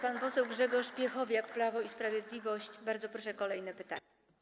Pan poseł Grzegorz Piechowiak, Prawo i Sprawiedliwość, bardzo proszę, kolejne pytanie.